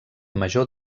major